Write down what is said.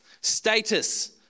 Status